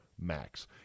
max